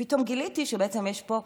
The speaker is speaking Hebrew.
פתאום גיליתי שיש פה דואופול.